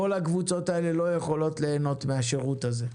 כל הקבוצות האלה לא יכולות ליהנות מהשרות הזה.